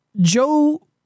Joe